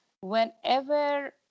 Whenever